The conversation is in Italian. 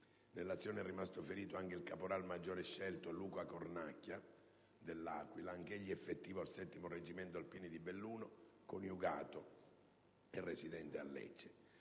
Nell'azione è rimasto ferito anche il caporal maggiore scelto Luca Cornacchia, dell'Aquila, anch'egli effettivo al 7° Reggimento Alpini di Belluno, coniugato e residente a Lecce